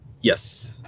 Yes